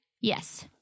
Yes